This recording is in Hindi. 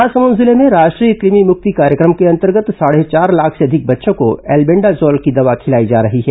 महासमुंद जिले में राष्ट्रीय कृमि मुक्ति कार्यक्रम के अंतर्गत साढ़े चार लाख से अधिक बच्चों को एल्बेंडाजोल की दवा खिलाई जा रही है